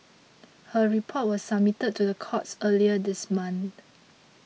her report was submitted to the courts earlier this month